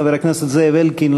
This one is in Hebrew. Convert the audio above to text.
חבר הכנסת זאב אלקין,